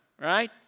right